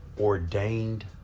ordained